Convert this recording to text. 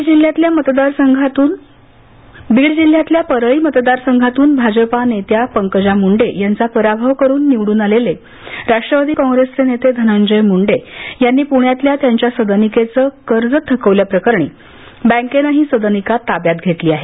बीड जिल्ह्यातल्या मतदारसंघातून भाजपा नेत्या पंकजा मुंडे यांचा पराभव करून निवडून आलेले राष्ट्रवादी काँप्रेसचे नेते धनंजय मुंडे यांनी प्ण्यातल्या त्यांच्या सदनिकेचं कर्ज थकवल्या प्रकरणी बँकेनं ही सदनिका ताब्यात घेतली आहे